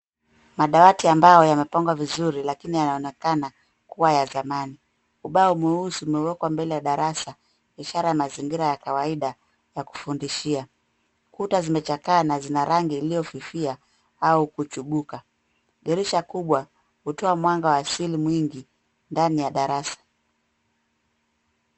Madawati ambayo yamepangwa vizuri lakini yanaonekana kuwa ya zamani. Ubao mweusi umewekwa mbele ya darasa, ishara ya mazingira ya kawaida ya kufundishia. Kuta zimechakaa na zina rangi iliyofifia au kuchubuka. Dirisha kubwa hutoa mwanga wa asili mwingi ndani ya darasa.